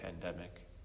pandemic